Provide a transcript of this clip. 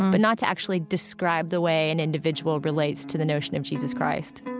but not to actually describe the way an individual relates to the notion of jesus christ